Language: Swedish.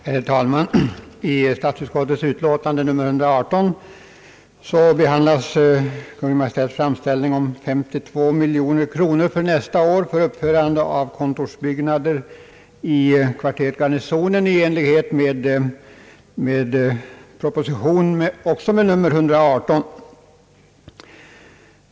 Herr talman! I statsutskottets utlåtande nr 118 behandlas Kungl. Maj:ts framställning om ett anslag på 52 miljoner kronor nästa budgetår till uppförande av kontorsbyggnader i kvarteret Garnisonen på det sätt som har föreslagits i propositionen, också med nr 118.